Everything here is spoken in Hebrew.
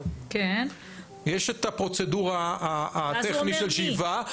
יש את הפרוצדורה הטכנית של שאיבה.